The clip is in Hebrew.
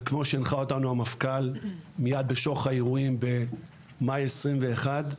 וכמו שהנחה אותנו המפכ"ל מיד בשוך האירועים במאי 2021,